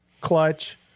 clutch